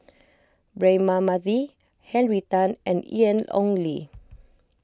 Braema Mathi Henry Tan and Ian Ong Li